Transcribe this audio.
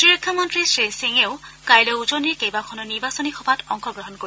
প্ৰতিৰক্ষা মন্ত্ৰী শ্ৰীসিঙেও কাইলৈ উজনিৰ কেইবাখনো নিৰ্বাচনী সভাত অংশগ্ৰহণ কৰিব